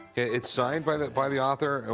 it's signed by the by the author. and